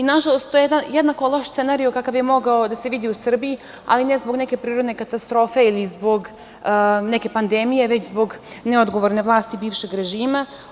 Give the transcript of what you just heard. Nažalost, to je jednako loš scenario kakav je mogao da se vidi u Srbiji, ali ne zbog neke prirodne katastrofe ili zbog neke pandemije, već zbog neodgovorne vlasti bivšeg režima.